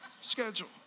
schedule